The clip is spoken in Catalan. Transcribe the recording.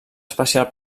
especial